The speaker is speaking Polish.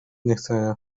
niechcenia